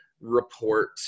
report